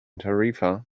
tarifa